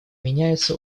меняется